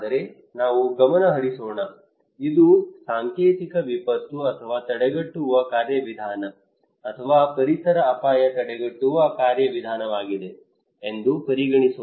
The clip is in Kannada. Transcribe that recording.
ಆದರೆ ನಾವು ಗಮನಹರಿಸೋಣ ಇದು ಸಾಂಕೇತಿಕ ವಿಪತ್ತು ಅಥವಾ ತಡೆಗಟ್ಟುವ ಕಾರ್ಯವಿಧಾನ ಅಥವಾ ಪರಿಸರ ಅಪಾಯ ತಡೆಗಟ್ಟುವ ಕಾರ್ಯವಿಧಾನವಾಗಿದೆ ಎಂದು ಪರಿಗಣಿಸೋಣ